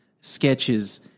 sketches